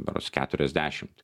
berods keturiasdešimt